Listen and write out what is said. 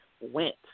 went